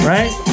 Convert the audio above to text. Right